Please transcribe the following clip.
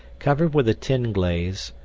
covered with a tin glaze,